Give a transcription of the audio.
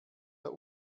der